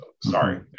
sorry